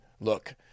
Look